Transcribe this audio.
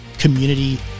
community